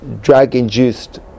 drug-induced